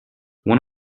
one